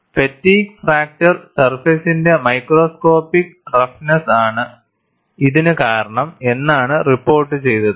fatigue fracture സർഫേസിന്റെ microscopic roughness ആണ് ഇതിനു കാരണം എന്നാണ് റിപ്പോർട്ടു ചെയ്തത്